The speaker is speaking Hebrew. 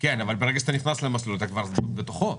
ברגע אתה נכנס למסלול, אתה כבר בתוכו.